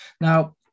Now